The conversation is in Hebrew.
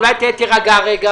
אולי תירגע רגע?